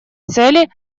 цели